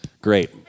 great